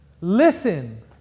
Listen